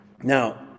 now